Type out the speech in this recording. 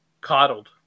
coddled